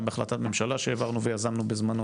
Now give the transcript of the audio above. גם בהחלטת ממשלה שיזמנו והעברנו בזמנו,